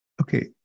Okay